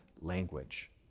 language